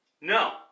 no